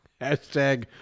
Hashtag